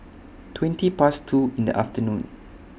twenty Past two in The afternoon